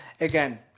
again